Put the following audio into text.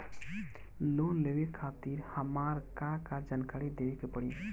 Loan लेवे खातिर हमार का का जानकारी देवे के पड़ी?